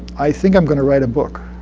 i think i'm going to write a book.